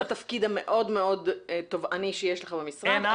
לתפקיד המאוד מאוד תובעני שיש לך במשרד,